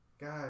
Guys